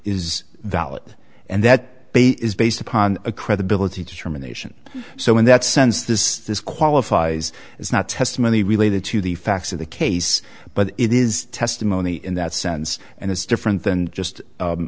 is valid and that is based upon a credibility determination so in that sense this this qualifies as not testimony related to the facts of the case but it is testimony in that sense and it's different than just